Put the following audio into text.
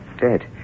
Dead